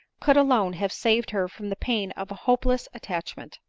could alone have saved her from the pain of a hopeless attach ment.